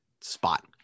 spot